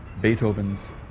Beethoven's